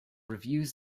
reviews